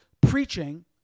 preaching